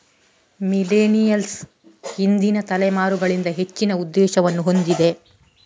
millennials ಹಿಂದಿನ ತಲೆಮಾರುಗಳಿಗಿಂತ ಹೆಚ್ಚಿನ ಉದ್ದೇಶವನ್ನು ಹೊಂದಿದೆ